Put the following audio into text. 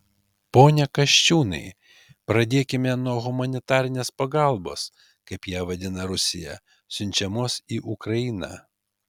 pone kasčiūnai pradėkime nuo humanitarinės pagalbos kaip ją vadina rusija siunčiamos į ukrainą